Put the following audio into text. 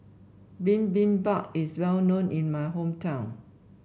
bibimbap is well known in my hometown